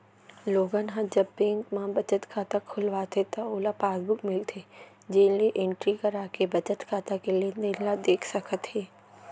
लोगन ह जब बेंक म बचत खाता खोलवाथे त ओला पासबुक मिलथे जेन ल एंटरी कराके बचत खाता के लेनदेन ल देख सकत हे